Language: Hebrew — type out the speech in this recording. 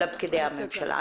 לפקידי הממשלה.